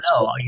no